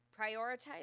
Prioritize